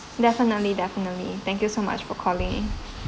definitely definitely thank you so much for calling in